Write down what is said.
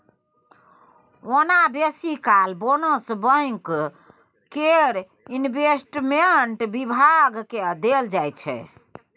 ओना बेसी काल बोनस बैंक केर इंवेस्टमेंट बिभाग केँ देल जाइ छै